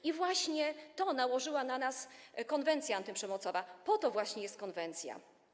I właśnie to nałożyła na nas konwencja antyprzemocowa, po to właśnie jest konwencja.